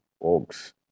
oaks